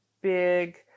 big